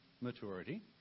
maturity